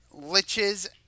Liches